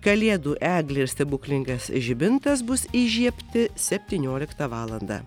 kalėdų eglė ir stebuklingas žibintas bus įžiebti septynioliktą valandą